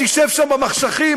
תשב שם במחשכים,